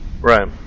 right